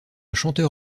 chanteur